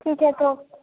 ٹھیک ہے تو